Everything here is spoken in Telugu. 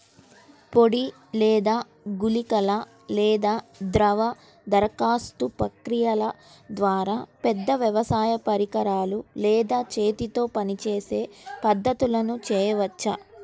పొడి లేదా గుళికల లేదా ద్రవ దరఖాస్తు ప్రక్రియల ద్వారా, పెద్ద వ్యవసాయ పరికరాలు లేదా చేతితో పనిచేసే పద్ధతులను చేయవచ్చా?